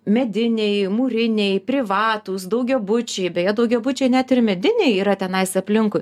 mediniai mūriniai privatūs daugiabučiai beje daugiabučiai net ir mediniai yra tenais aplinkui